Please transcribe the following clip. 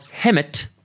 Hemet